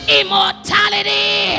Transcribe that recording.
immortality